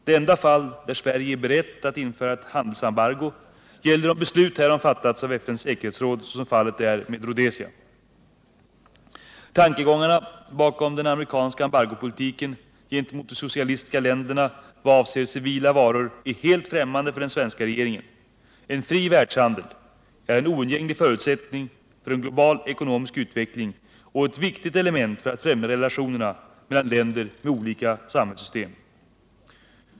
Det enda fall där Sverige är berett att införa ett handelsembargo gäller om beslut härom fattas av FN:s säkerhetsråd såsom fallet är med Rhodesia. Tankegångarna bakom den amerikanska embargopolitiken gentemot de socialistiska länderna vad avser civila varor är helt främmande för den svenska regeringen. En fri världshandel är en oundgänglig förutsättning för en global ekonomisk utveckling och ett viktigt element för att främja relationerna mellan länder med olika samhällssystem.